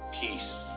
peace